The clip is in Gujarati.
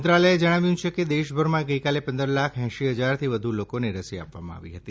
મંત્રાલયે જણાવ્યું છે કે દેશભરમાં ગઇકાલે પંદર લાખ એશી હજારથી વધુ લોકોને રસી આપવામાં આવી હતી